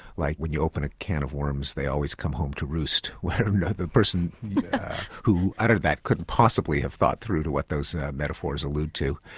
like when you open a can of worms they always come home to roost, where the person who uttered that couldn't possibly have thought through to what those metaphors allude to.